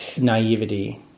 naivety